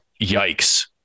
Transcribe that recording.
yikes